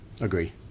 Agree